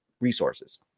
resources